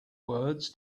words